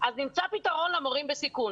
פתרון למורים בסיכון.